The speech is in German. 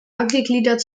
angegliedert